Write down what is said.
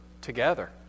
together